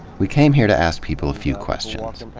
we came here to ask people a few questions.